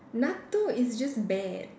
natto is just bad